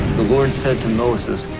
the lord said to moses,